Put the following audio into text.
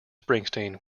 springsteen